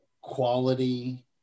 quality